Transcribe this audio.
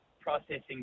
processing